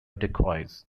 decoys